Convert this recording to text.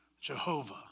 Jehovah